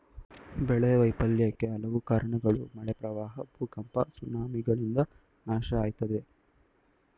ಬೆಳೆ ವೈಫಲ್ಯಕ್ಕೆ ಹಲವು ಕಾರ್ಣಗಳು ಮಳೆ ಪ್ರವಾಹ ಭೂಕಂಪ ಸುನಾಮಿಗಳಿಂದ ನಾಶ ಆಯ್ತದೆ